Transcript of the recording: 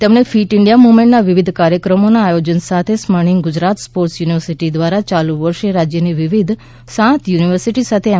તેમણે fit India મુવમેન્ટના વિવિધ કાર્યક્રમોના આયોજન સાથે સ્વર્ણિમ ગુજરાત સ્પોર્ટ્સ યુનિવર્સિટી દ્વારા યાલુ વર્ષે રાજ્યની વિવિધ સાત યુનિવર્સિટી સાથે એમ